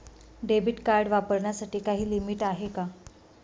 Debit card वापरण्यासाठी काही limit आहे का?